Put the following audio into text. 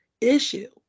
issue